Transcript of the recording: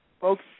Folks